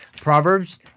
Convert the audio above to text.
Proverbs